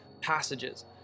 passages